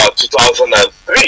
2003